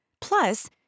Plus